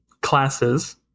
classes